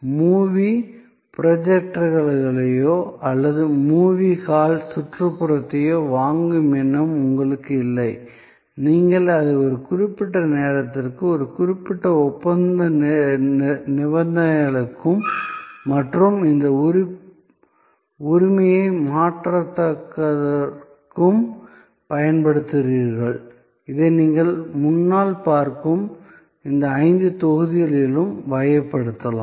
movie ப்ரொஜெக்டர்களையோ அல்லது movie hall சுற்றுப்புறத்தையோ வாங்கும் எண்ணம் உங்களுக்கு இல்லை நீங்கள் அதை ஒரு குறிப்பிட்ட நேரத்திற்கும் ஒரு குறிப்பிட்ட ஒப்பந்த நிபந்தனைகளுக்கும் மற்றும் இந்த உரிமையை மாற்றாததற்கும் பயன்படுத்துகிறீர்கள் இதை நீங்கள் முன்னால் பார்க்கும் இந்த ஐந்து தொகுதிகளிலும் வகைப்படுத்தலாம்